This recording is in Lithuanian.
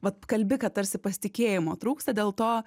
vat kalbi kad tarsi pasitikėjimo trūksta dėl to